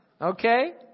Okay